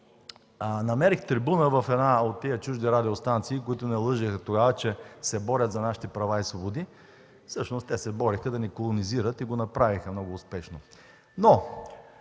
Намерих трибуна в една от тези чужди радиостанции, които ни лъжеха тогава, че се борят за нашите права и свободи. Всъщност те се бореха да ни колонизират и го направиха много успешно.